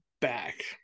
back